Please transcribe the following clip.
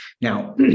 Now